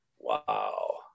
Wow